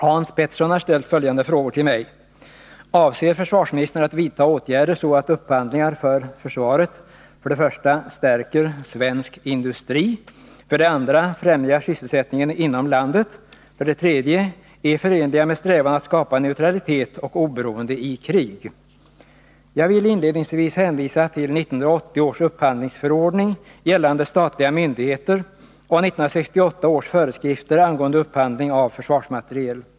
Herr talman! Hans Petersson i Hallstahammar har ställt följande frågor till mig: 2. främjar sysselsättningen inom landet och 3. är förenliga med strävan att skapa neutralitet och oberoende i krig? Jag vill inledningsvis hänvisa till 1980 års upphandlingsförordning gällande statliga myndigheter och 1968 års föreskrifter angående upphandling av försvarsmateriel.